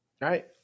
Right